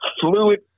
Fluid